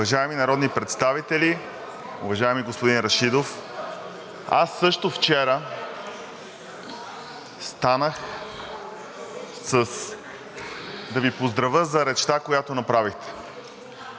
Уважаеми народни представители! Уважаеми господин Рашидов, аз също вчера станах да Ви поздравя за речта, която направихте,